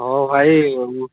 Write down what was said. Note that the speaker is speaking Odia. ହଉ ଭାଇ ମୁଁ